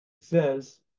says